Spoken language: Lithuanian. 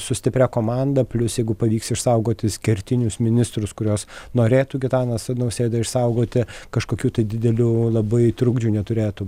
su stipria komanda plius jeigu pavyks išsaugotis kertinius ministrus kurios norėtų gitanas nausėda išsaugoti kažkokių tai didelių labai trukdžių neturėtų